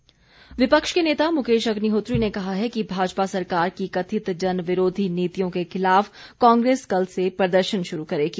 अग्निहोत्री विपक्ष के नेता मुकेश अग्निहोत्री ने कहा है कि भाजपा सरकार की कथित जन विरोधी नीतियों के खिलाफ कांग्रेस कल से प्रदर्शन शुरू करेगी